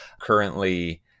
Currently